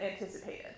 anticipated